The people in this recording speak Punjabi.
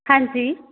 ਹਾਂਜੀ